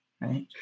right